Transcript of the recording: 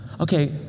okay